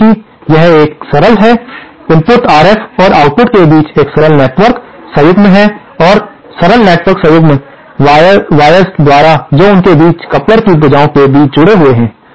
अब क्योंकि यह एक सरल है इनपुट RF और आउटपुट के बीच एक सरल नेटवर्क संयुग्म है और सरल नेटवर्क संयुग्म वायर्स द्वारा जो उनके बीच कपलर की भुजाओं के बीच जुड़े हुए हैं